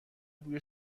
بوی